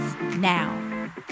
now